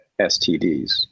STDs